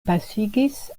pasigis